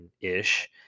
ish